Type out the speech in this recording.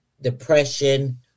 Depression